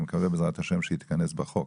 אני מקווה, בעזרת השם, שהיא תיכנס בחוק,